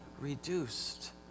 reduced